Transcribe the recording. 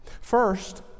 First